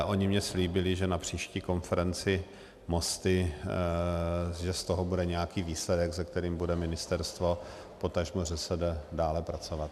Oni mi slíbili, že na příští konferenci Mosty z toho bude nějaký výsledek, se kterým bude ministerstvo, potažmo ŘSD dále pracovat.